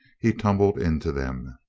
he tumbled into them.